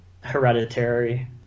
Hereditary